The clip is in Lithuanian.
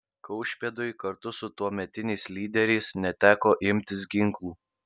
kaušpėdui kartu su tuometiniais lyderiais neteko imtis ginklų